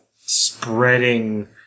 spreading